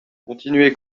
continuer